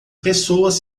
pessoas